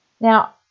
Now